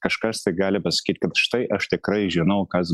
kažkas tai gali pasakyt kad štai aš tikrai žinau kas